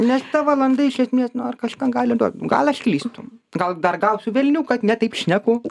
nes ta valanda iš esmės nu ar kažką gali duot gal aš klystu gal dar gausiu velnių kad ne taip šneku